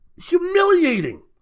humiliating